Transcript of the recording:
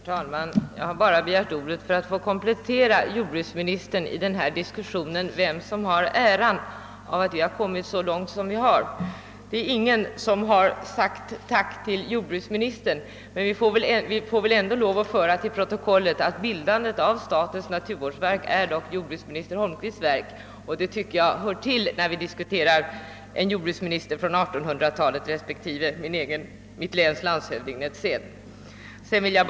Herr talman! Jag har bara begärt ordet för att få komplettera jordbruksministern i diskussionen om vem som skall ta äran av att vi har kommit så långt som vi gjort. Ingen har sagt tack till jordbruksministern, men äran av statens naturvårdsverk kan dock tillskrivas jordbruksminister Holmqvist. Jag tycker att ett dylikt konstaterande hör hemma i en diskussion, som behandlat naturvårdsintresset hos en politiker från 1800-talet respektive mitt läns landshövding, Netzén. Herr talman!